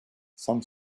some